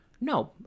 No